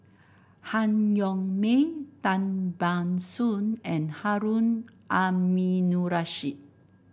Han Yong May Tan Ban Soon and Harun Aminurrashid